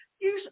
Use